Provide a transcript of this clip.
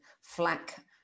flack